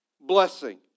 blessing